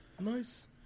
Nice